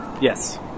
Yes